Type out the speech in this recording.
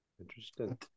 Interesting